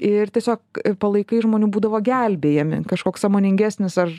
ir tiesiog palaikai žmonių būdavo gelbėjami kažkoks sąmoningesnis ar